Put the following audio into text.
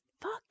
fuck